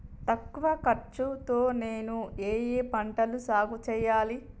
తక్కువ ఖర్చు తో నేను ఏ ఏ పంటలు సాగుచేయాలి?